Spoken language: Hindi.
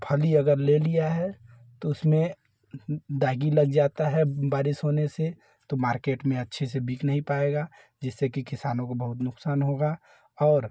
फली अगर ले लिया है तो उसमें दागी लग जाता है बारिस होने से तो मार्केट में अच्छे से बिक नहीं पाएगा जिससे कि किसानों को बहुत नुकसान होगा और